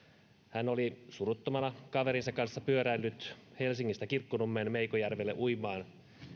hän oli suruttomana kaverinsa kanssa pyöräillyt helsingistä kirkkonummen meikojärvelle uimaan